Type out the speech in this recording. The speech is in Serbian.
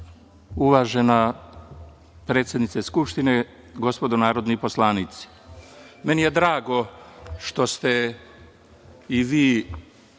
uvažena predsednice Skupštine, gospodo narodni poslanici, meni je drago što ste i vi